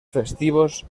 festivos